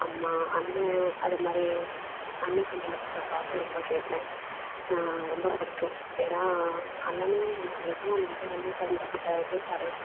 அம்மா அண்ணே அது மாதிரி அண்ணன் சம்பந்தப்பட்ட பாட்டும் ரொம்ப கேட்பேன் ரொம்ப பிடிக்கும் ஏன்னா அண்ணனும் ரொம்ப பிடிக்கும் அந்த மாரி அண்ண சம்பந்தப்பட்ட விஜய் சார்